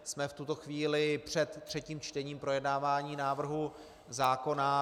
Jsme v tuto chvíli před třetím čtením projednávání návrhu zákona.